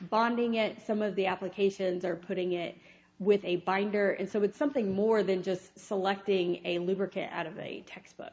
bonding it some of the applications are putting it with a binder and so it's something more than just selecting a lubricant out of a textbook